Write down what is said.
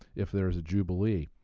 if there's a jubilee,